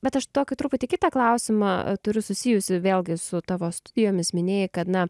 bet aš tokį truputį kitą klausimą turiu susijusį vėlgi su tavo studijomis minėjai kad na